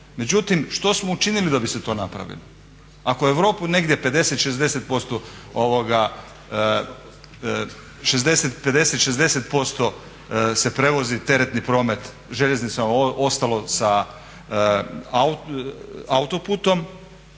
Međutim, što smo učinili da bi se to napravilo? Ako Europu negdje 50, 60% se prevozi teretni promet željeznicom, a ostalo autoputom